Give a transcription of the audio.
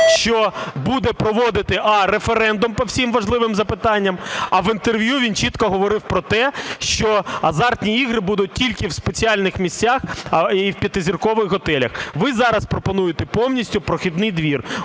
що буде проводити: а) референдум по всім важливим запитанням. А в інтерв'ю він чітко говорив про те, що азартні ігри будуть тільки в спеціальних місцях і в п'ятизіркових готелях. Ви зараз пропонуєте повністю прохідний двір.